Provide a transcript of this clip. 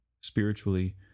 spiritually